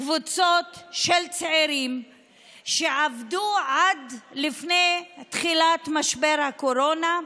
קבוצות של צעירים שעבדו עד לפני תחילת משבר הקורונה,